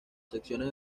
secciones